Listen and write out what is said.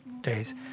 Days